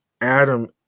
Adam